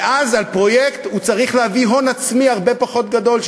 ואז על פרויקט הוא צריך להביא הון עצמי הרבה פחות גדול,